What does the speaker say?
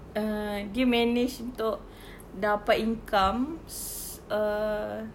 err dia manage untuk dapat income se~ err